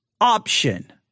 option